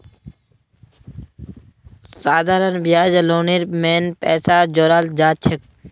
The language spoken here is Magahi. साधारण ब्याज लोनेर मेन पैसात जोड़ाल जाछेक